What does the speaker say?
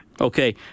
Okay